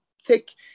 take